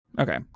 Okay